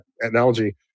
analogy